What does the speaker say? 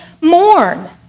mourn